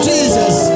Jesus